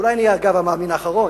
אולי אני, אגב, המאמין האחרון.